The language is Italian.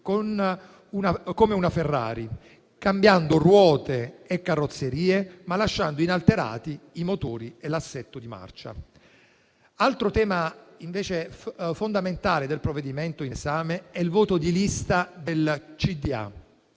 come una Ferrari, cambiando ruote e carrozzeria, ma lasciando inalterati i motori e l'assetto di marcia. Altro tema invece fondamentale del provvedimento in esame è il voto di lista del